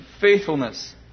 faithfulness